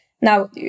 Now